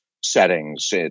settings